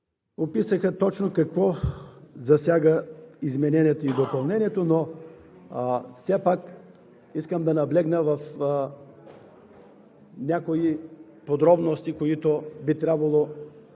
описаха точно какво засяга изменението и допълнението, но все пак искам да наблегна на някои подробности, на които би трябвало и досега и